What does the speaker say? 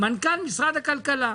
מנכ"ל משרד הכלכלה.